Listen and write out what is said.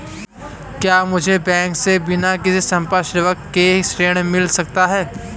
क्या मुझे बैंक से बिना किसी संपार्श्विक के ऋण मिल सकता है?